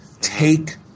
take